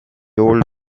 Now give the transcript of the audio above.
old